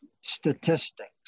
statistics